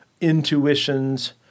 intuitions